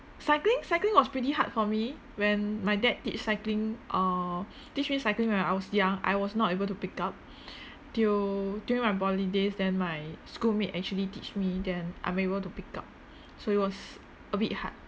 cycling cycling was pretty hard for me when my dad teach cycling err teach me cycling when I was young I was not able to pick up till during my poly days then my schoolmate actually teach me then I'm able to pick up so it was a bit hard